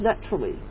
naturally